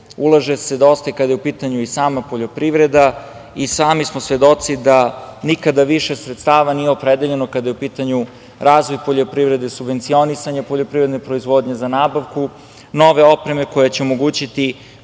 ulaže se dosta i kada je u pitanju i sama poljoprivreda i sami smo svedoci da nikada više sredstava nije opredeljeno kada je u pitanju razvoj poljoprivrede, subvencionisanje poljoprivredne proizvodnje, za nabavku nove opreme koja će omogućiti